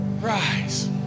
rise